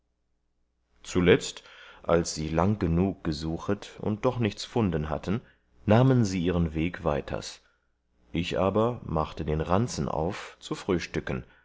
zuletzt als sie lang genug gesuchet und doch nichts funden hatten nahmen sie ihren weg weiters ich aber machte den ranzen auf zu frühstücken